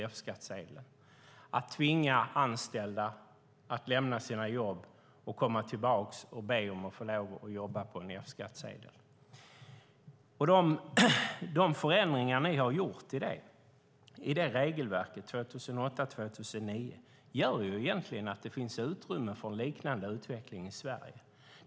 Det handlade om att tvinga anställda att lämna sina jobb för att sedan komma tillbaka och be om att få lov att jobba med F-skattsedel. De förändringar ni gjorde i regelverket 2008-2009 gör att det egentligen finns utrymme för en liknande utveckling i Sverige.